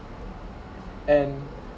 and